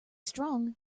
strong